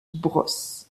bros